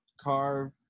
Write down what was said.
carve